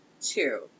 two